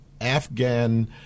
Afghan